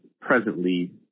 presently